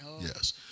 Yes